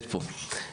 שנמצאת פה.